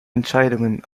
entscheidungen